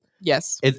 Yes